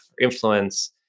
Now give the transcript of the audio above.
influence